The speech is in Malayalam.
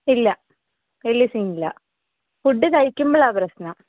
ഇല്ല വലിയ സീനില്ല ഫുഡ് കഴിക്കുമ്പോളാണ് പ്രശ്നം